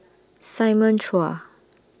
Simon Chua